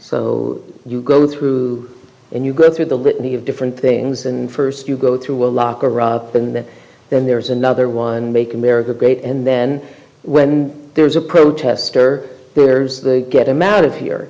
so you go through and you go through the litany of different things and first you go through a locker and then there's another one make america great and then when there's a protester there's the get him out of here